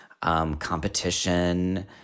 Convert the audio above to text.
competition